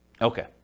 Okay